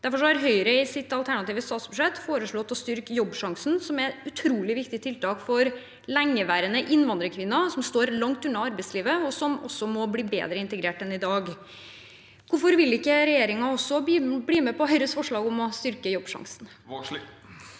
Derfor har Høyre i sitt alternative statsbudsjett foreslått å styrke Jobbsjansen, som er et utrolig viktig tiltak for lengeværende innvandrerkvinner som står langt unna arbeidslivet, og som må bli bedre integrert enn i dag. Hvorfor vil ikke regjeringen også bli med på Høyres forslag om å styrke Jobbsjansen? Lene